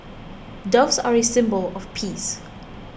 doves are a symbol of peace